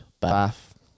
Bath